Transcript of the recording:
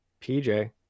pj